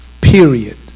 Period